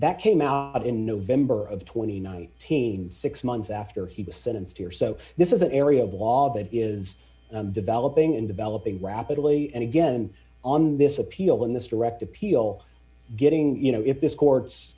that came out in november of twenty nine teen six months after he was sentenced here so this is an area of law that is developing and developing rapidly and again on this appeal in this direct appeal getting you know if th